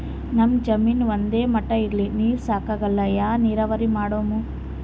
ನಮ್ ಜಮೀನ ಒಂದೇ ಮಟಾ ಇಲ್ರಿ, ನೀರೂ ಸಾಕಾಗಲ್ಲ, ಯಾ ನೀರಾವರಿ ಮಾಡಮು?